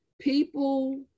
People